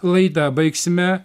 laidą baigsime